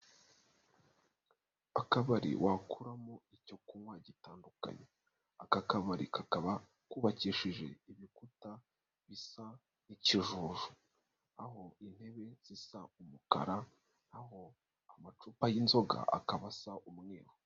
Akabari wakuramo icyo kunywa gitandukanye. Aka kabari kakaba kubakishije ibikuta bisa n'ikijuju. Aho intebe zisa umukara, naho amacupa y'inzoga akaba asa umweru.